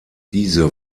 diese